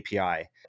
API